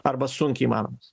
arba sunkiai įmanomas